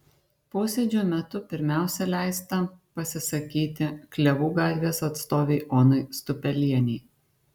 posėdžio metu pirmiausia leista pasisakyti klevų gatvės atstovei onai stupelienei